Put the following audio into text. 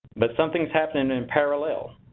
but something is happening in parallel.